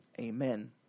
Amen